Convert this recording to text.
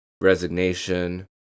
resignation